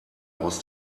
aus